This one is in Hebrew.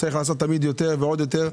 צריך לעשות תמיד יותר ועוד יותר.